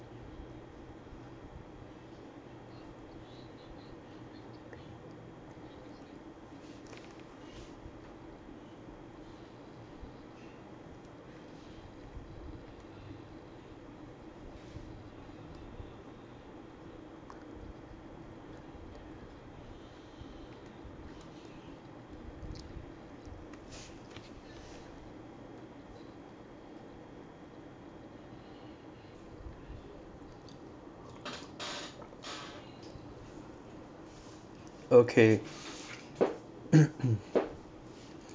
okay